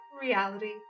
reality